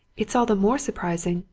it's all the more surprising,